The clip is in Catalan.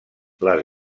les